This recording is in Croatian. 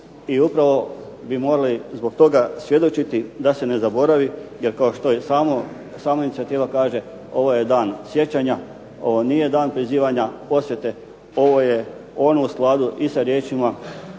i upravo bi morali zbog toga svjedočiti da se ne zaboravi jer kao što sama inicijativa kaže ovo je dan sjećanja, ovo nije dan prizivanja osvete. Ovo je ono u skladu i sa riječima